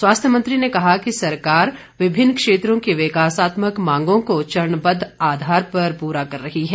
स्वास्थ्य मंत्री ने कहा कि सरकार विभिन्न क्षेत्रों की विकासात्मक मांगों को चरणबद्ध आधार पर पूरा कर रही है